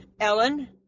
Ellen